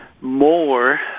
more